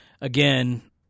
Again